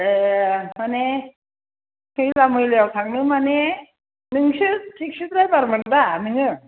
ए माने फैबो मोजाङाव थांनो माने नोंसोर टेक्सि द्राइबार मोनदा नोङो